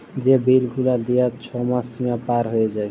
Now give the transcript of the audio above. যে বিল গুলা দিয়ার ছময় সীমা পার হঁয়ে যায়